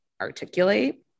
articulate